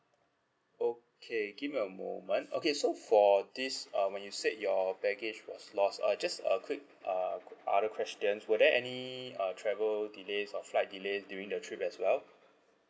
okay give me a moment okay so for this uh when you said your baggage was lost a just a quick uh other questions were there any uh travel delays or flight delay during the trip as well